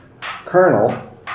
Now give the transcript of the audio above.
kernel